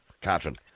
Catherine